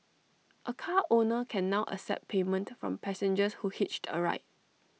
A car owner can now accept payment from passengers who hitched A ride